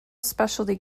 specialty